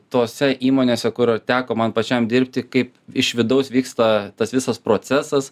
tose įmonėse kur teko man pačiam dirbti kaip iš vidaus vyksta tas visas procesas